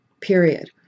Period